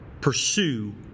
pursue